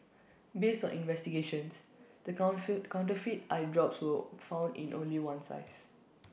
based on investigations the con full counterfeit eye drops were found in only one size